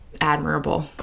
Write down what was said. Admirable